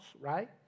right